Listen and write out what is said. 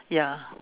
ya